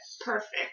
perfect